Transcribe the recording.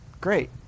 Great